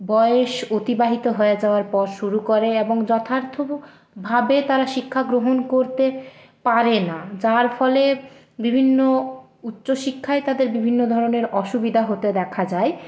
বয়স অতিবাহিত হয়ে যাওয়ার পর শুরু করে এবং যথার্থভাবে তারা শিক্ষাগ্রহণ করতে পারে না যার ফলে বিভিন্ন উচ্চ শিক্ষায় তাদের বিভিন্ন ধরনের অসুবিধা হতে দেখা যায়